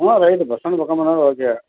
ம் right bus stand பக்கமாக இருந்தாலும் ஓகே